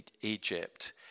Egypt